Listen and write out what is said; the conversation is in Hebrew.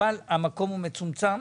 רק שהמקום הוא מצומצם,